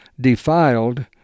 defiled